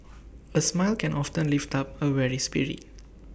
A smile can often lift up A weary spirit